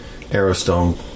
Aerostone